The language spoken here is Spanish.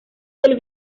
del